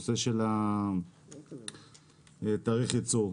נושא של תאריך ייצור.